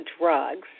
drugs